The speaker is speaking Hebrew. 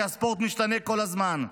כי הספורט משתנה כל הזמן.